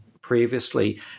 previously